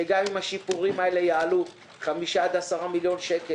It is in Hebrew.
שגם אם השיפורים האלה יעלו 5 10 מיליון שקל